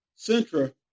Centra